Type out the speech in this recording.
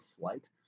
flight